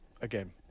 again